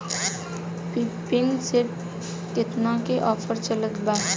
Pumping set पर केतना के ऑफर चलत बा?